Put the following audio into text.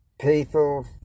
people